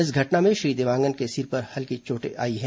इस घटना में श्री देवांगन के सिर पर चोटें आई हैं